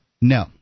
No